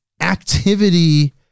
activity